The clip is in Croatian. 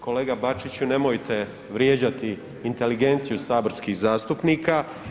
Kolega Bačiću, nemojte vrijeđati inteligenciju saborskih zastupnika.